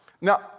Now